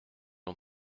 ont